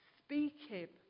speaking